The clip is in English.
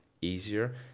easier